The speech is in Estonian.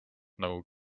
nagu